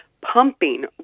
pumping